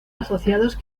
asociados